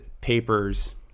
papers